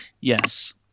Yes